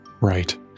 Right